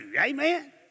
Amen